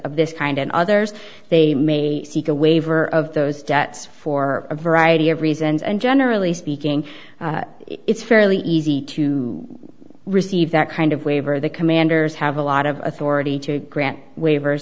of this kind and others they may seek a waiver of those debts for a variety of reasons and generally speaking it's fairly easy to receive that kind of waiver the commanders have a lot of authority to grant waivers